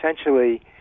essentially